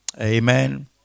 Amen